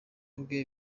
bwe